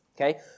Okay